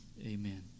amen